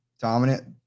dominant